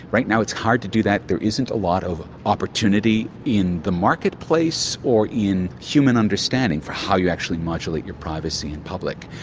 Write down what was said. right now it's hard to do that. there isn't a lot of opportunity in the marketplace or in human understanding for how you actually modulate your privacy in public.